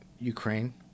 Ukraine